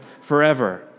forever